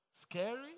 Scary